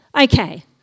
Okay